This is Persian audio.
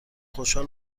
خوشحال